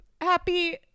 Happy